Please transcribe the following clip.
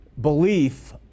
belief